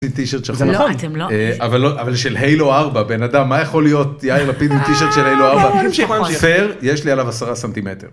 יש לי טי שירט שחור אבל זה של הילו 4. בן אדם מה יכול להיות, יאיר לפיד עם טי שירט של היילו 4, פייר יש לי עליו 10 סנטימטר.